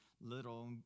little